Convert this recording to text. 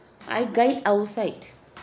I guide outside